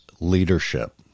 leadership